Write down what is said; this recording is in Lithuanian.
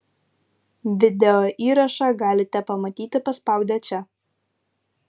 video įrašą galite pamatyti paspaudę čia